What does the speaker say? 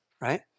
right